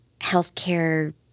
healthcare